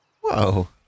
Whoa